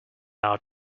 out